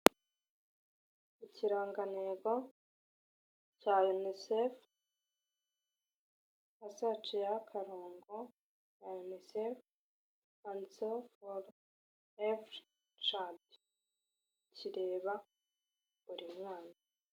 Ikirangantego cya inisefu, hasi haciyeho akarongo, handitseho fo everi cadi, kireba buri mwana.